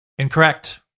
Incorrect